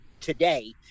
today